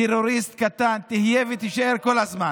טרוריסט קטן תהיה ותישאר כל הזמן.